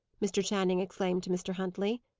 mr. channing exclaimed to mr. huntley.